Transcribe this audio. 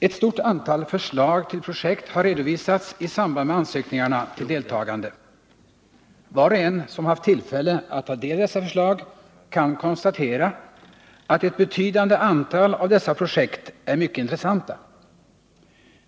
Ett stort antal förslag till projekt har redovisats i samband med ansökningarna till deltagande. Var och en som har haft tillfälle att ta del av dessa förslag kan konstatera att ett betydande antal av dessa projekt är mycket intressanta.